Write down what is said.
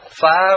five